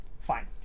Fine